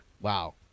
Wow